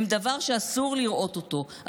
הם דבר שאסור אפשר לראות אותו,